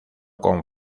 con